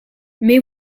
mais